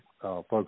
folks